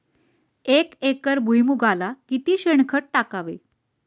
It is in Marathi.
एक एकर भुईमुगाला किती शेणखत टाकावे?